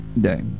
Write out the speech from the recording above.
day